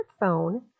smartphone